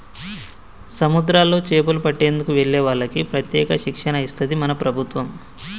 సముద్రాల్లో చేపలు పట్టేందుకు వెళ్లే వాళ్లకి ప్రత్యేక శిక్షణ ఇస్తది మన ప్రభుత్వం